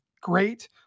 great